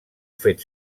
fet